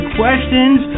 questions